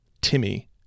Timmy